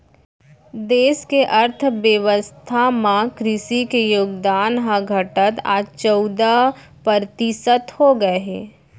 देस के अर्थ बेवस्था म कृसि के योगदान ह घटत आज चउदा परतिसत हो गए हे